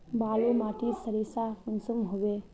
बालू माटित सारीसा कुंसम होबे?